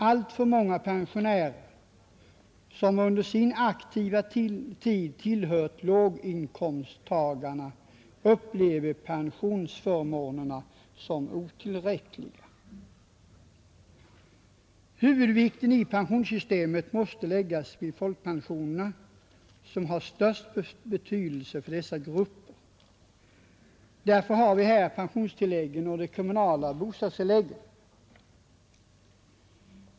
Alltför många pensionärer som under sin aktiva tid tillhört låginkomsttagarna upplever pensionsförmånerna som otillräckliga. Huvudvikten i pensionssystemet måste läggas vid folkpensionerna, som har den största betydelsen för dessa grupper. Därför har vi i detta sammanhang infört pensionstilläggen och de kommunala bostadstilläggen.